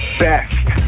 best